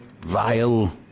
Vile